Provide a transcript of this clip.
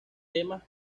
temas